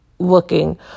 looking